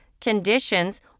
conditions